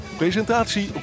presentatie